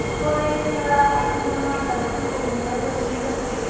ꯑꯩꯈꯣꯏ ꯈꯔ ꯑꯩꯈꯣꯏ ꯃꯉꯥ ꯇꯔꯨꯛ ꯍꯧꯅꯔꯒ ꯑꯗꯨꯝ ꯆꯠꯂꯁꯦ